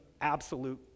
absolute